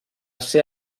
ser